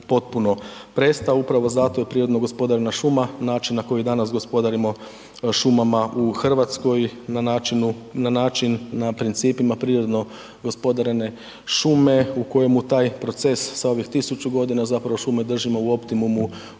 potpuno prestao. Upravo zato je prirodno gospodarena šuma način na koji danas gospodarimo šumama u RH na načinu, na način, na principima prirodno gospodarene šume u kojemu taj proces sa ovih 1000.g. zapravo šume držimo u optimumu